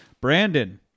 Brandon